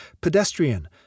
pedestrian